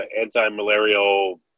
anti-malarial